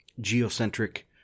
geocentric